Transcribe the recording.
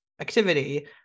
activity